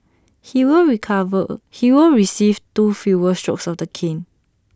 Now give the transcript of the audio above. he will recover A he will receive two fewer strokes of the cane